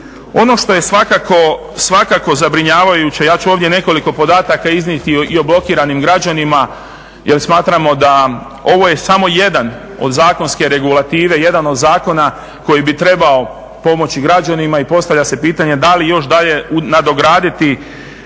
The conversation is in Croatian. Ono što je svakako zabrinjavajuće, ja ću ovdje nekoliko podataka iznijeti i o blokiranim građanima, jer smatramo da ovo je samo jedan od zakonske regulative, jedan od zakona koji bi trebao pomoći građanima i postavlja se pitanje da li još dalje nadograditi